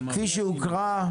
כפי שהוקרא.